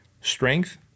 strength